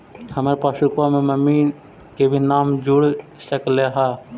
हमार पासबुकवा में मम्मी के भी नाम जुर सकलेहा?